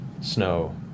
snow